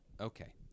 Okay